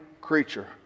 creature